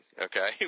okay